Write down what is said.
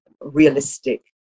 realistic